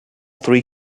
three